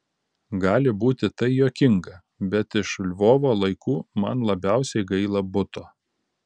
gali būti tai juokinga bet iš lvovo laikų man labiausiai gaila buto